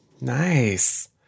Nice